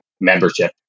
membership